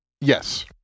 Yes